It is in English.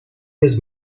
his